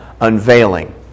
unveiling